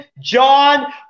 John